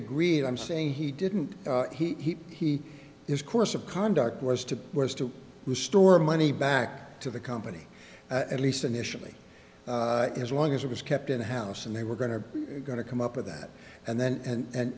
agreed i'm saying he didn't he he is course of conduct was to was to restore money back to the company at least initially as long as it was kept in the house and they were going are going to come up with that and then and